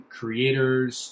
creators